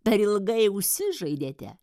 per ilgai užsižaidėte